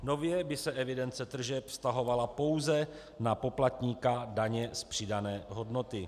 Nově by se evidence tržeb vztahovala pouze na poplatníka daně z přidané hodnoty.